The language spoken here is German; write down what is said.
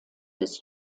des